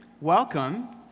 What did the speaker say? welcome